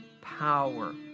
power